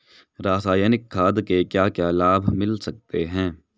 रसायनिक खाद के क्या क्या लाभ मिलते हैं?